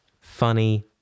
Funny